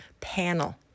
panel